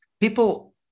people